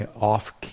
off